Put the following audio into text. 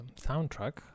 soundtrack